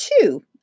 two